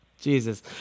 Jesus